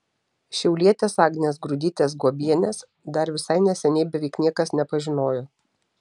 šiaulietės agnės grudytės guobienės dar visai neseniai beveik niekas nepažinojo